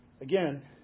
Again